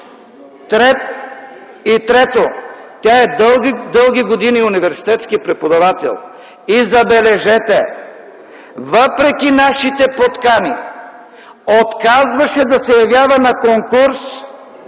Трето, тя е дълги години университетски преподавател и, забележете, въпреки нашите подкани отказваше да се явява на конкурс